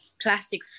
plastic